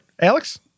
Alex